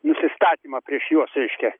nusistatymą prieš juos reiškia